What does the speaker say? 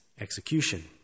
execution